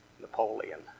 Napoleon